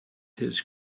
his